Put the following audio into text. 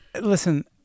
Listen